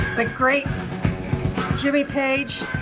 the great jimmy page,